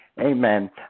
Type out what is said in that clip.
amen